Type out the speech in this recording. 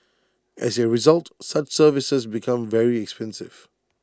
as A result such services become very expensive